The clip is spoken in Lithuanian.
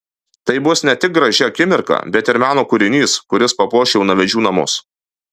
tai bus ne tik graži akimirka bet ir meno kūrinys kuris papuoš jaunavedžių namus